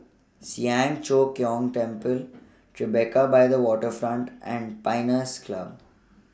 Siang Cho Keong Temple Tribeca By The Waterfront and Pines Club